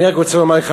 אני רק רוצה לומר לך,